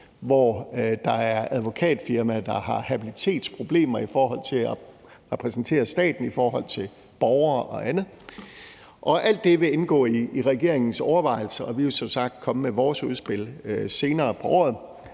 hvor der er advokatfirmaer, der har habilitetsproblemer i forhold til at repræsentere staten i forhold til borgere og andet, og alt det vil indgå i regeringens overvejelser. Vi vil som sagt komme med vores udspil senere på året,